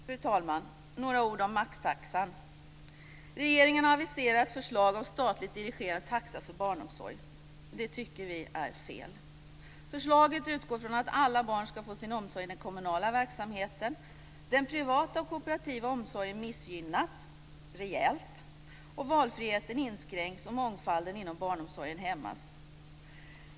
Fru talman! Jag vill säga några ord om maxtaxan. Regeringen har aviserat förslag om statligt dirigerad taxa för barnomsorg. Det tycker vi är fel. Förslaget utgår från att alla barn ska få sin omsorg i den kommunala verksamheten. Den privata och kooperativa omsorgen missgynnas rejält, valfriheten inskränks och mångfalden inom barnomsorgen hämmas.